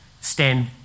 stand